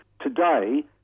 Today